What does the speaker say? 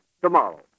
tomorrow